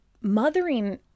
mothering